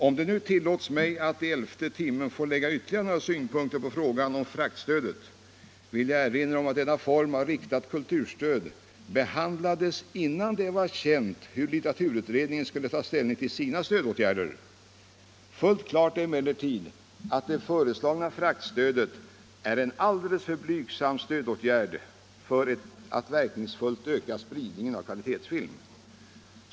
Om det tillåts mig att i elfte timmen lägga ytterligare några synpunkter på frågan om fraktstödet, vill jag erinra om att denna form av riktat kulturstöd behandlades innan det var känt hur litteraturutredningen skulle ta ställning till sina stödåtgärder. Fullt klart är emellertid att det föreslagna fraktstödet är en alldeles för blygsam stödåtgärd för att verkningsfullt öka spridningen av kvalitetsfilm.